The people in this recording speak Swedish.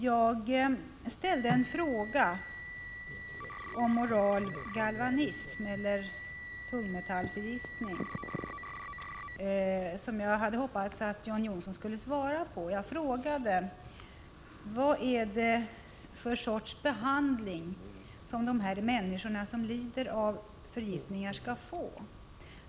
Jag ställde en fråga om oral galvanism eller tungmetallförgiftning, som jag hade hoppats att John Johnsson skulle svara på. Jag frågade: Vad är det för sorts behandling som de människor som lider av förgiftning skall få?